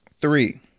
Three